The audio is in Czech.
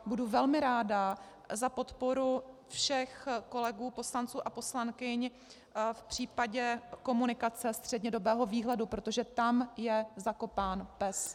Budu velmi ráda za podporu všech kolegů poslanců a poslankyň v případě komunikace střednědobého výhledu, protože tam je zakopán pes.